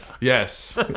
yes